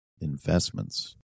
investments